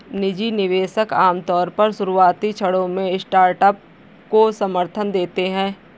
निजी निवेशक आमतौर पर शुरुआती क्षणों में स्टार्टअप को समर्थन देते हैं